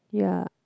ya